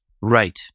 right